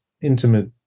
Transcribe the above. intimate